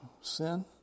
sin